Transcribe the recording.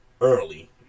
early